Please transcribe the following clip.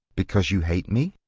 because you hate me?